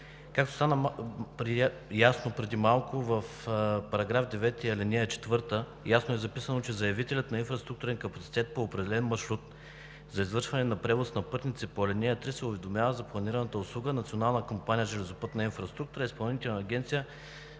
Както стана ясно преди малко, в § 9, ал. 4 ясно е записано, че „заявителят на инфраструктурен капацитет по определен маршрут за извършване на превоз на пътници по ал. 3 уведомява за планираната услуга Национална компания „Железопътна инфраструктура“ и Изпълнителна агенция